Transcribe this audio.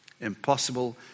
Impossible